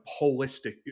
holistic